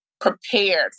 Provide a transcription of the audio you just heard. prepared